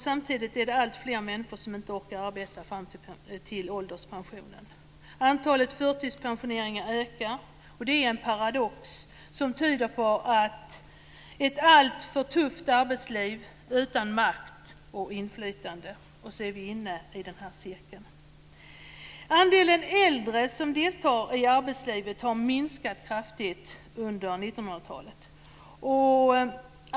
Samtidigt är det alltfler människor som inte orkar arbeta fram till ålderspensionen. Antalet förtidspensioneringar ökar. Det är en paradox som tyder på ett alltför tufft arbetsliv utan makt och inflytande. Så är vi inne i denna cirkel. Andelen äldre som deltar i arbetslivet har minskat kraftigt under 1900-talet.